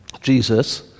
Jesus